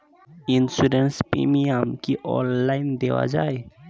Insurance premium কি online দেওয়া যায়?